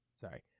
Sorry